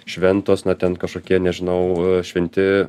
šventos na ten kažkokie nežinau a šventi